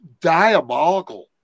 diabolical